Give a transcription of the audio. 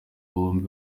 bombi